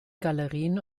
galerien